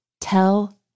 tell